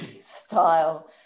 style